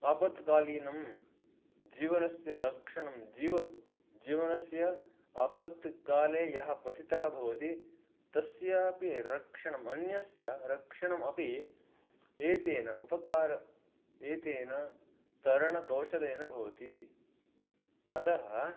आपत्कालीनं जीवनस्य रक्षणं जीव जीवनस्य आपत्काले यः पतितः भवति तस्यापि रक्षणम् अन्यस्य रक्षणमपि एतेन उपकारेण एतेन तरणकौशलेन भवति अतः